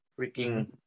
freaking